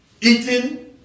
eating